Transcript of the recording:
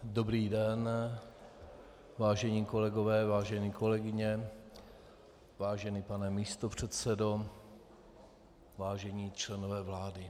Dobrý den, vážení kolegové, vážené kolegyně, vážený pane místopředsedo, vážení členové vlády.